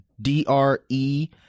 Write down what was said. D-R-E